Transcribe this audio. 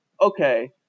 Okay